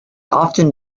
often